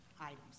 items